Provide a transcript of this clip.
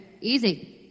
Easy